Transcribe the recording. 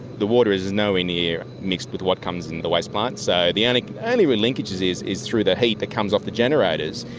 the water is is nowhere near mixed with what comes in the waste plant, so the and only real linkage is is through that heat that comes off the generators.